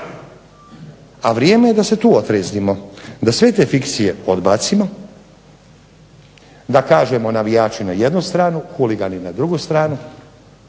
a vrijeme je da se tu otrijeznimo, da sve te fikcije odbacimo, da kažemo navijači na jednu stranu, huligani na drugu stranu,